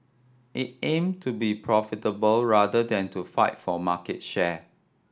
it aim to be profitable rather than to fight for market share